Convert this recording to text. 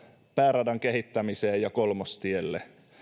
pääradan kehittämiseen ja kolmostielle